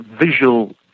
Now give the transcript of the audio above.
visual